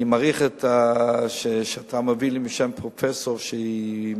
אני מעריך שאתה מביא לי משם פרופסור שהיא